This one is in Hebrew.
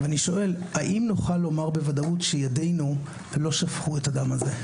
ואני שואל: האם נוכל לומר בוודאות שידינו לא שפכו את הדם הזה?